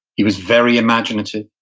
he was very imaginative.